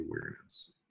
awareness